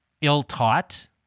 ill-taught